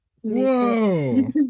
Whoa